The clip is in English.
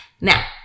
Now